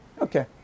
Okay